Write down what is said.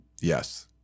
Yes